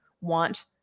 want